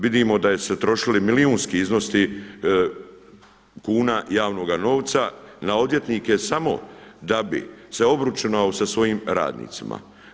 Vidimo da su se trošili milijunski iznosi kuna javnoga novca na odvjetnike samo da bi se obračunao sa svojim radnicima.